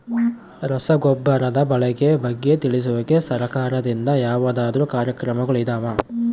ರಸಗೊಬ್ಬರದ ಬಳಕೆ ಬಗ್ಗೆ ತಿಳಿಸೊಕೆ ಸರಕಾರದಿಂದ ಯಾವದಾದ್ರು ಕಾರ್ಯಕ್ರಮಗಳು ಇದಾವ?